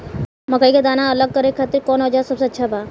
मकई के दाना अलग करे खातिर कौन औज़ार सबसे अच्छा बा?